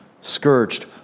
scourged